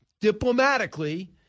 diplomatically